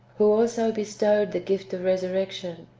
who also bestowed the gift of resurrection,